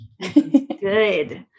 Good